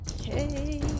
Okay